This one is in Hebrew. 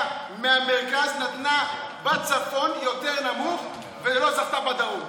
מהמרכז נתנה בצפון יותר נמוך ולא זכתה בדרום,